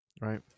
right